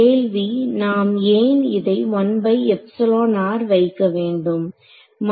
கேள்வி நாம் ஏன் இதை வைக்க வேண்டும்